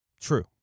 True